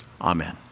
Amen